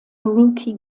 rookie